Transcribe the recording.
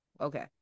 Okay